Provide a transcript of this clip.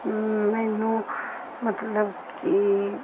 ਮੈਨੂੰ ਮਤਲਬ ਕਿ